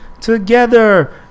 Together